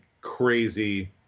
crazy